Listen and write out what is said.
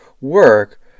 work